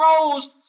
rose